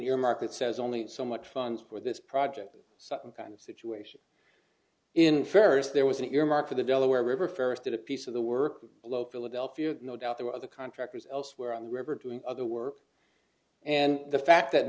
earmark it says only so much funds for this project some kind of situation in fairness there was an earmark for the delaware river ferris did a piece of the work below philadelphia no doubt there were other contractors elsewhere on the river doing other work and the fact that